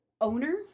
owner